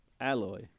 Alloy